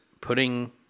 putting